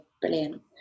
brilliant